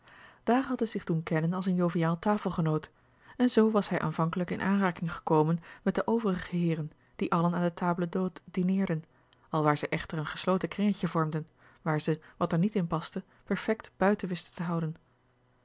had hij zich doen kennen als een joviaal tafelgenoot en zoo was hij aanvankelijk in aanraking gekomen met de overige heeren die allen aan de table d'hôte dineerden alwaar zij echter een gesloten kringetje vormden waar ze wat er niet in paste perfekt buiten wisten te houden